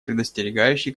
предостерегающе